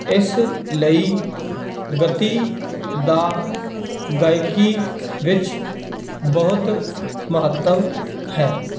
ਇਸ ਲਈ ਗਤੀ ਦਾ ਗਾਇਕੀ ਵਿੱਚ ਬਹੁਤ ਮਹੱਤਵ ਹੈ